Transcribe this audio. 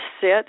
sit